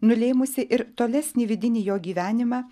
nulėmusi ir tolesnį vidinį jo gyvenimą